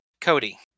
Cody